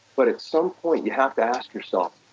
but at some point, you have to ask yourself,